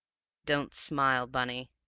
don't smile, bunny!